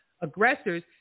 aggressors